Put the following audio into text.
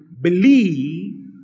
Believe